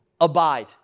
abide